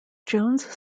jones